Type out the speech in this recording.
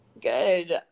Good